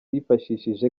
yifashishije